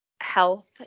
health